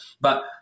But-